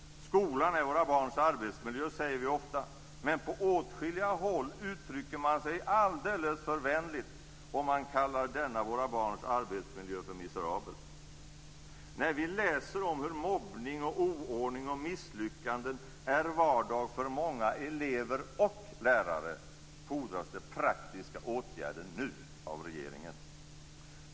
Skolan är våra barns arbetsmiljö, säger vi ofta. Men på åtskilliga håll uttrycker man sig alldeles för vänligt om man kallar denna våra barns arbetsmiljö för miserabel. När vi läser om hur mobbning och oordning och misslyckanden är vardag för många elever och lärare, fordras det praktiska åtgärder nu av regeringen.